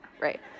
right